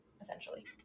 essentially